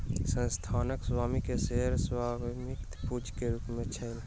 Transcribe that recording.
संस्थानक स्वामी के शेयर स्वामित्व पूंजी के रूप में छल